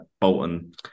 Bolton